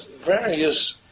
various